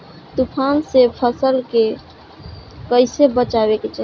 तुफान से फसल के कइसे बचावे के चाहीं?